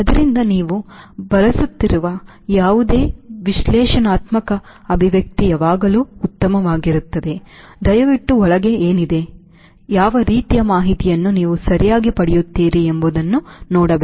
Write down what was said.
ಆದ್ದರಿಂದ ನೀವು ಬಳಸುತ್ತಿರುವ ಯಾವುದೇ ವಿಶ್ಲೇಷಣಾತ್ಮಕ ಅಭಿವ್ಯಕ್ತಿ ಯಾವಾಗಲೂ ಉತ್ತಮವಾಗಿರುತ್ತದೆ ದಯವಿಟ್ಟು ಒಳಗೆ ಏನಿದೆ ಯಾವ ರೀತಿಯ ಮಾಹಿತಿಯನ್ನು ನೀವು ಸರಿಯಾಗಿ ಪಡೆಯುತ್ತೀರಿ ಎಂಬುದನ್ನು ನೋಡಿ